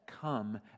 come